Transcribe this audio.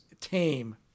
tame